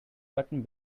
button